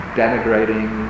denigrating